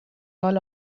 all